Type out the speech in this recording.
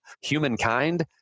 humankind